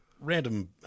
random